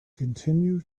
continue